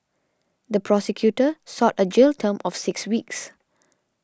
the prosecutor sought a jail term of six weeks